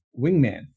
wingman